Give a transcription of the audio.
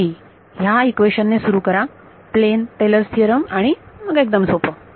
नाही या इक्वेशन ने सुरु करा plain Taylor's theorem Tyalor's Theorem आणि एकदम सोपे